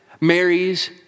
Mary's